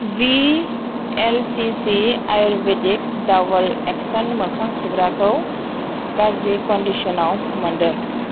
बिएलसिसि आयुरबेदिक डाबोल एक्सन मोखां सुग्राखौ गाज्रि कन्दिसनाव मोन्दों